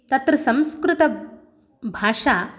तत्र संस्कृतभाषा